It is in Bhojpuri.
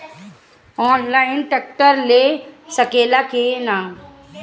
आनलाइन ट्रैक्टर ले सकीला कि न?